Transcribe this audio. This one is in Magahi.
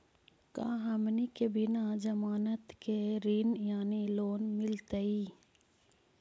का हमनी के बिना जमानत के ऋण यानी लोन मिलतई?